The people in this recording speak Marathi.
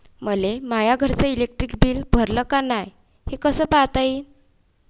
मले माया घरचं इलेक्ट्रिक बिल भरलं का नाय, हे कस पायता येईन?